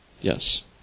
Yes